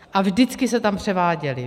A vždycky se tam převáděly.